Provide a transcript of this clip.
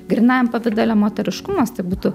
grynajam pavidale moteriškumas tai būtų